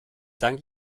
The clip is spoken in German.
dank